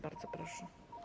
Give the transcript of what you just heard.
Bardzo proszę.